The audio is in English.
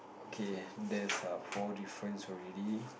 okay there's err four difference already